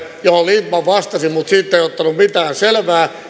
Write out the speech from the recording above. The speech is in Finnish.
johon lindtman vastasi mutta siitä ei ottanut mitään selvää